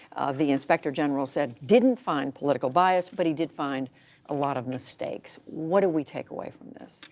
the inspector general said didn't find political bias, but he did find a lot of mistakes. what do we take away from this?